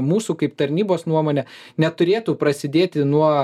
mūsų kaip tarnybos nuomone neturėtų prasidėti nuo